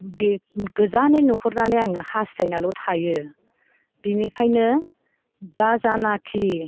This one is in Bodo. बे गोजानै नुहुरनानै आङो हास्थायनाल' थायो बिनिखायनो दा जानाखि